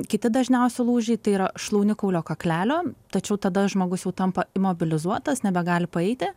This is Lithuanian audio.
kiti dažniausi lūžiai tai yra šlaunikaulio kaklelio tačiau tada žmogus jau tampa imobilizuotas nebegali paeiti